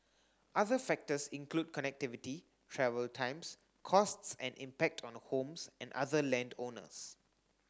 other factors include connectivity travel times costs and impact on homes and other land owners